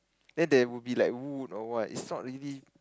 then there would be wood or what it's not really